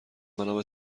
بنابه